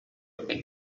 occhi